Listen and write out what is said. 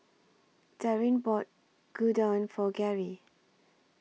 Daryn bought Gyudon For Gerri